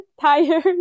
tired